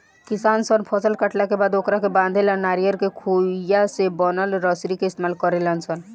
किसान सन फसल काटला के बाद ओकरा के बांधे ला नरियर के खोइया से बनल रसरी के इस्तमाल करेले सन